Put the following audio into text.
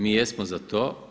Mi jesmo za to.